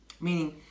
meaning